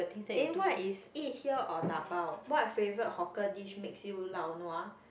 eh what is eat here or dabao what favorite hawker dish makes you lao nua